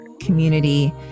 community